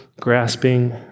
grasping